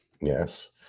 Yes